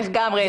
לגמרי.